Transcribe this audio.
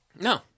no